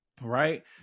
Right